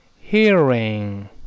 hearing